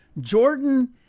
Jordan